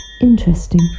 Interesting